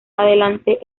adelante